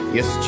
Yes